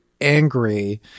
angry